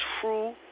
true